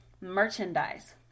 merchandise